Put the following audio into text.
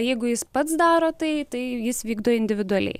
jeigu jis pats daro tai tai jis vykdo individualiai